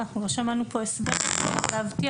אנחנו לא שמענו פה הסבר כדי להבטיח